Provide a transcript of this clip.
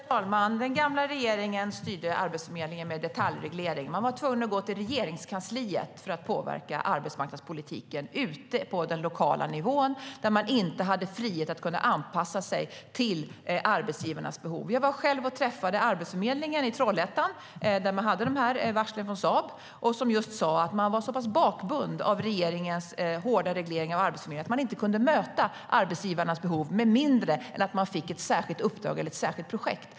Herr talman! Den gamla regeringen styrde Arbetsförmedlingen med detaljreglering. Man var tvungen att gå till Regeringskansliet för att påverka arbetsmarknadspolitiken ute på den lokala nivån där man inte hade frihet att kunna anpassa sig till arbetsgivarnas behov. Jag var själv och träffade Arbetsförmedlingen i Trollhättan, där man hade varslen från Saab. De sa att de var så pass bakbundna av regeringens hårda reglering av Arbetsförmedlingen att de inte kunde möta arbetsgivarnas behov med mindre än att de fick ett särskilt uppdrag eller ett särskilt projekt.